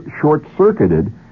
short-circuited